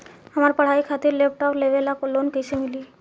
हमार पढ़ाई खातिर लैपटाप लेवे ला लोन कैसे मिली?